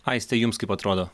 aiste jums kaip atrodo